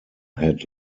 had